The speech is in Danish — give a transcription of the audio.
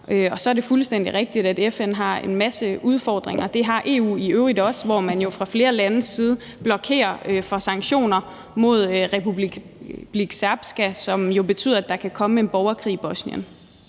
Så er det fuldstændig rigtigt, at FN har en masse udfordringer, men det har EU i øvrigt også, hvor man jo fra flere landes side blokerer for sanktioner mod Republika Srpska, som jo betyder, at der kan komme en borgerkrig i Bosnien.